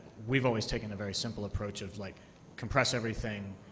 we've always taken a very simple approach of, like compress everything,